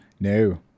No